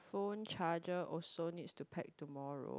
phone charger also needs to pack tomorrow